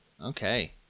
Okay